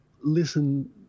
listen